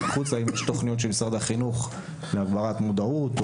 עם התכניות של משרד החינוך להגברת מודעות,